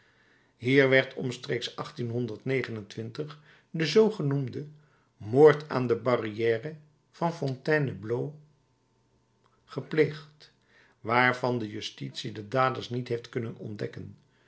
hier werd omstreeks de zoogenoemde moord aan de barrière van fontainebleau gepleegd waarvan de justitie de daders niet heeft kunnen ontdekken